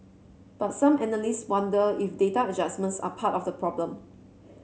but some analysts wonder if data adjustments are part of the problem